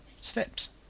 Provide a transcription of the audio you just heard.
steps